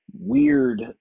weird